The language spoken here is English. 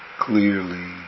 clearly